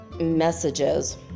messages